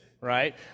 right